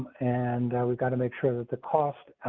and we've got to make sure that the cost.